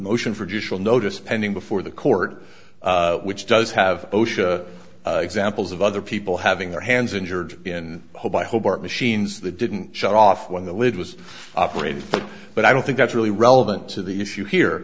motion for judicial notice pending before the court which does have osha examples of other people having their hands injured in whole by hobart machines that didn't shut off when the lid was operating but i don't think that's really relevant to the issue here